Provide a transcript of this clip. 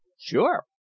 Sure